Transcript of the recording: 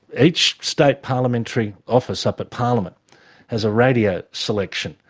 each state parliamentary office up at parliament has a radio selection,